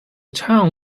town